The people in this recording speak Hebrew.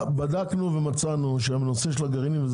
בדקנו ומצאנו שבנושא הגרעינים,